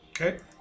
Okay